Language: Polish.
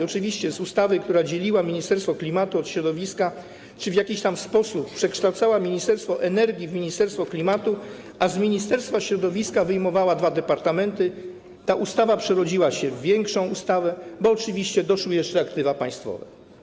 Oczywiście ustawa, która dzieliła Ministerstwo Klimatu od Ministerstwa Środowiska czy w jakiś tam sposób przekształcała Ministerstwo Energii w Ministerstwo Klimatu, a z Ministerstwa Środowiska wyjmowała dwa departamenty, ta ustawa przerodziła się w większą ustawę, bo oczywiście doszły jeszcze aktywa państwowe”